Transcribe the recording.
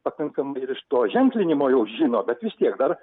pakankamai ir iš to ženklinimo jau žino bet vis tiek dar